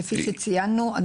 כפי שציינו,